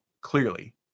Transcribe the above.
clearly